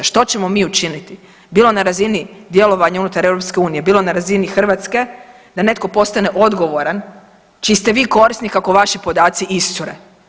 Što ćemo mi učiniti bilo na razini djelovanja unutar EU, bilo na razini Hrvatske da netko postane odgovoran čiji ste vi korisnik ako vaši podaci iscure.